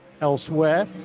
elsewhere